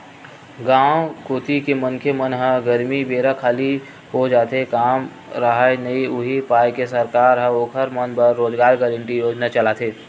गाँव कोती के मनखे मन ह गरमी बेरा खाली हो जाथे काम राहय नइ उहीं पाय के सरकार ह ओखर मन बर रोजगार गांरटी योजना चलाथे